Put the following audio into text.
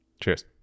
Cheers